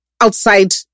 outside